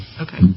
Okay